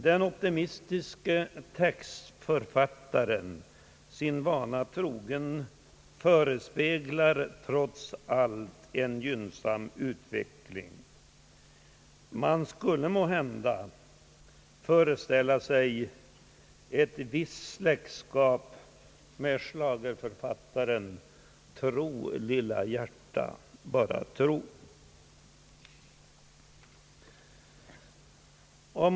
Den optimistiske textförfattaren förespeglar sin vana trogen trots allt en gynnsam utveckling. Man skulle måhända föreställa sig ett visst släktskap med schlagerförfattaren till »Tro lilla hjärta, bara tro».